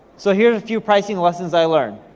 so, here's a few pricing lessons i learned.